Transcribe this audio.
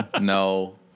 no